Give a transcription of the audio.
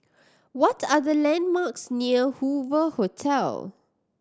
what are the landmarks near Hoover Hotel